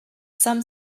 some